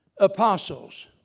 apostles